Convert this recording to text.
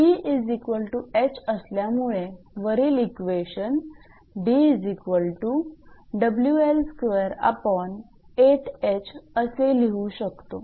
𝑇𝐻 असल्यामुळे वरील इक्वेशन असे लिहू शकतो